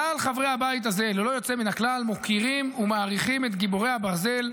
כלל חברי הבית הזה ללא יוצא מן הכלל מוקירים ומעריכים את גיבורי הברזל,